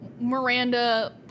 Miranda